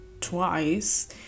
twice